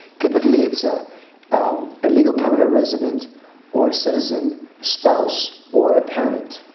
typically it's a a legal permanent resident or citizen spouse or a parent.